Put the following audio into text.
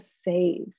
save